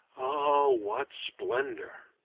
ah what splendor!